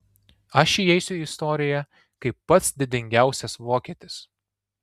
aš įeisiu į istoriją kaip pats didingiausias vokietis